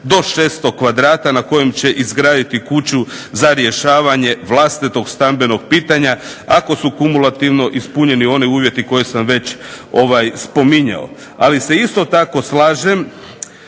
do 600 kvadrata na kojem će izgraditi kuću za rješavanje vlastitog stambenog pitanja, ako su kumulativno ispunjeni oni uvjeti koje sam već spominjao. Ali se isto tako slažem,